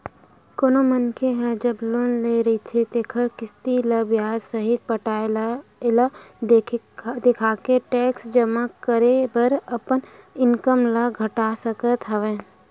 कोनो मनखे ह जब लोन ले रहिथे तेखर किस्ती ल बियाज सहित पटाथे एला देखाके टेक्स जमा करे बर अपन इनकम ल घटा सकत हवय